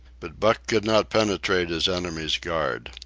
but buck could not penetrate his enemy's guard.